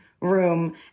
room